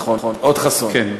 עוד חסוֹן.